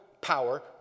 power